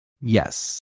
Yes